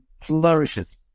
flourishes